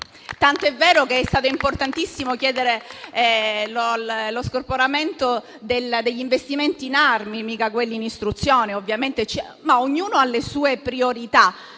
tant'è vero che è stato importantissimo chiedere lo scorporamento degli investimenti in armi, mica quelli in istruzione. Ovviamente ognuno ha le sue priorità: